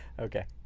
okay,